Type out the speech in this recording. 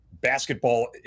basketball